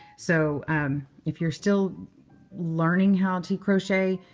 so if you're still learning how to crochet,